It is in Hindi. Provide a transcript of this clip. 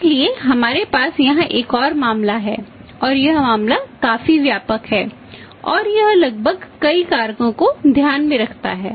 इसलिए हमारे पास यहां एक और मामला है और यह मामला काफी व्यापक है और यह लगभग कई कारकों को ध्यान में रखता है